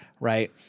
right